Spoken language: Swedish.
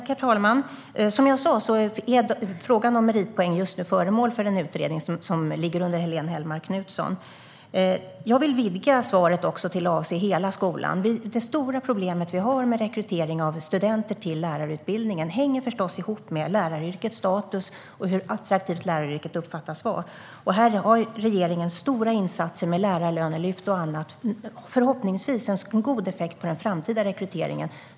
Herr talman! Som jag sa är frågan om meritpoäng just nu föremål för en utredning som ligger under Helene Hellmark Knutsson. Jag vill vidga svaret till att avse hela skolan. Det stora problemet vi har med rekrytering av studenter till lärarutbildningen hänger förstås ihop med läraryrkets status och hur attraktivt läraryrket uppfattas vara. Här har regeringen stora insatser med lärarlönelyft och annat, och förhoppningsvis har de en god effekt på den framtida rekryteringen.